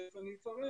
ותיכף אני אפרט,